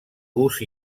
gust